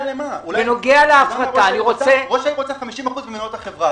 היא רוצה 50% ממניות החברה.